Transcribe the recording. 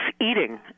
eating